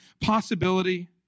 possibility